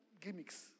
gimmicks